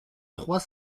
trois